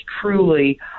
truly